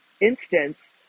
instance